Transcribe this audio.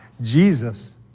Jesus